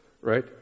Right